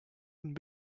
und